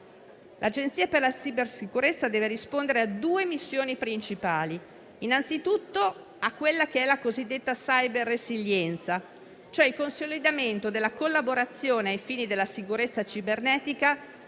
L'Agenzia per la cybersicurezza deve rispondere a due missioni principali: innanzitutto alla cosiddetta cyber-resilienza, cioè il consolidamento della collaborazione ai fini della sicurezza cibernetica